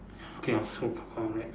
okay also correct